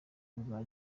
ubwa